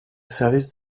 service